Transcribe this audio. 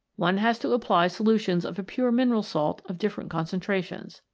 one has to apply solutions of a pure mineral salt of different concentrations.